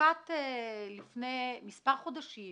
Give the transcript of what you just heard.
נקט לפני מספר חודשים